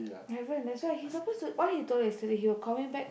haven't that's why he supposed to what he told yesterday he will call me back